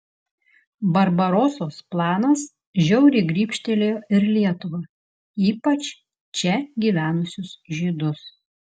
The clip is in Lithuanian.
barbarosos planas žiauriai grybštelėjo ir lietuvą ypač čia gyvenusius žydus